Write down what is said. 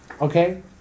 Okay